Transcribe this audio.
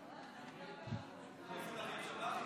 איפה גנץ גר.